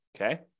Okay